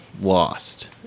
lost